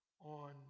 on